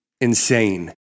insane